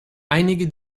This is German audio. einige